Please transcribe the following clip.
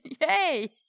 Yay